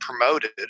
promoted